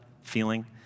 feeling